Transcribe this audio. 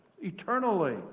eternally